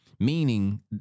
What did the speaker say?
Meaning